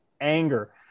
anger